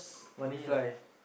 want it fly